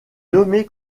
nommé